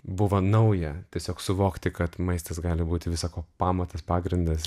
buvo nauja tiesiog suvokti kad maistas gali būti visa ko pamatas pagrindas